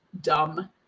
dumb